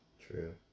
true